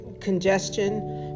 congestion